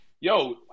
yo